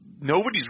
Nobody's